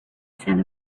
scent